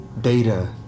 data